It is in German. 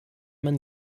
man